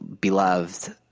beloved